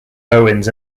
owens